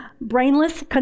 brainless